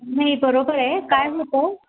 नाही बरोबर आहे काय होतं